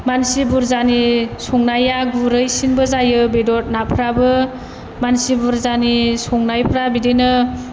मानसि बुरजानि संनाया गुरैसिनबो जायो बेदर नाफ्राबो मानसि बुरजानि संनायफ्रा बिदिनो